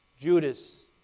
Judas